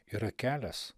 yra kelias